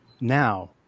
now